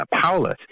Paulus